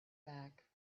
back